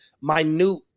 minute